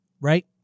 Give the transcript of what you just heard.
right